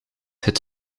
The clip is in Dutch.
het